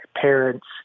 parents